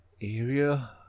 area